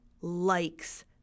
likes